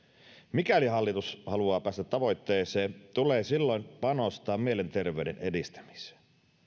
mikäli hallitus haluaa päästä tavoitteeseen tulee silloin panostaa mielenterveyden edistämiseen